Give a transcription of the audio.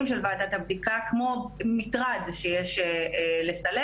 של ועדת הבדיקה כאל מטרד שיש לסלק,